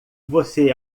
você